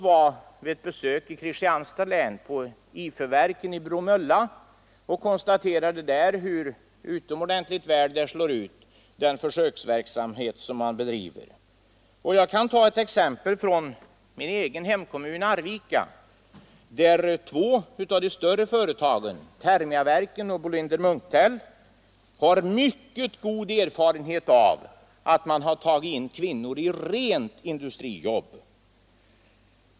Vid ett besök i Kristianstads län var inrikesutskottet på IFÖ-verken i Bromölla och konstaterade hur utomordentligt väl den försöksverksamhet slår ut som man där bedriver. Jag kan också ta exempel från min egen hemkommun, Arvika. Två av de större företagen där, Thermiaverken och Bolinder-Munktell, har mycket god erfarenhet av kvinnor i rent industrijobb.